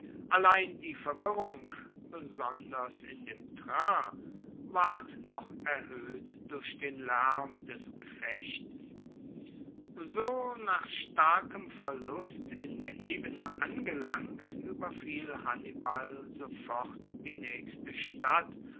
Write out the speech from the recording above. allein die verwirrung besonders in dem train ward noch erhoeht durch den laerm des gefechts so nach starkem verlust in der ebene angelangt ueberfiel hannibal sofort die naechste stadt